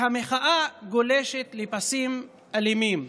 והמחאה גולשת לפסים אלימים,